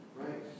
right